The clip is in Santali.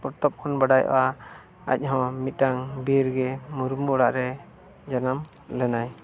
ᱯᱚᱛᱚᱵ ᱠᱷᱚᱱ ᱵᱟᱰᱟᱭᱚᱜᱼᱟ ᱟᱡᱦᱚᱸ ᱢᱤᱫᱴᱟᱝ ᱵᱤᱨᱜᱮ ᱢᱩᱨᱢᱩ ᱚᱲᱟᱜ ᱨᱮ ᱡᱟᱱᱟᱢ ᱞᱮᱱᱟᱭ